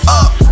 up